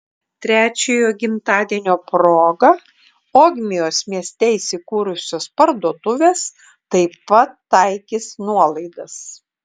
trečiojo gimtadienio proga ogmios mieste įsikūrusios parduotuvės taip pat taikys nuolaidas